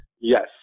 Yes